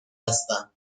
هستم